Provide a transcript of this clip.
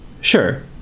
Sure